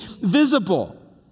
visible